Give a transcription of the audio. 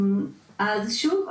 שוב,